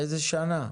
מאיזה שנה?